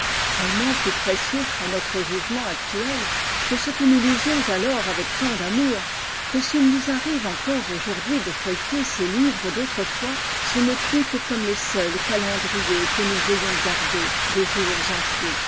que s'il nous arrive encore aujourd'hui de feuilleter ces livres d'autrefois ce n'est plus que comme les seuls calendriers que nous ayons gardés des jours enfuis